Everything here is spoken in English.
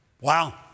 Wow